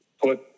put